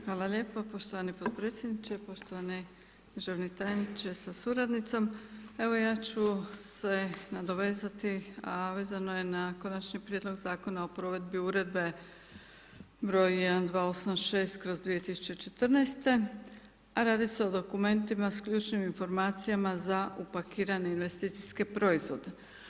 Hvala lijepo poštovani podpredsjedniče, poštovani državni tajniče sa suradnicom, evo ja ću se nadovezati a vezano je na Konačni prijedlog Zakona o provedbi Uredbe broj 1286/2014. a radi se o dokumentima s ključnim informacijama za upakirane investicijske proizvode.